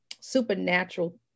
supernatural